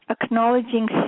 acknowledging